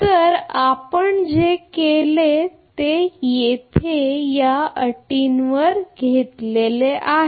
तर आपण जे केले ते आहे येथे या अटीवर आपण घेतलेले आहे